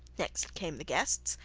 next came the guests,